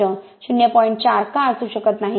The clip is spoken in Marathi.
4 का असू शकत नाही